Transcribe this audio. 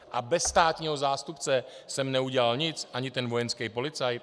A bez státního zástupce jsem neudělal nic, ani ten vojenský policajt?